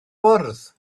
bwrdd